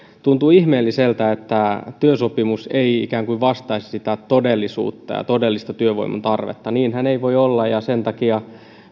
tuntuu ihmeelliseltä että työsopimus ei ikään kuin vastaisi todellisuutta ja todellista työvoiman tarvetta niinhän ei voi olla ja sen takia